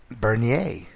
Bernier